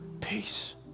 peace